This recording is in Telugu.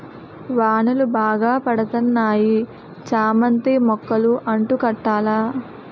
వానలు బాగా పడతన్నాయి చామంతి మొక్కలు అంటు కట్టాల